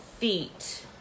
feet